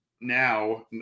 now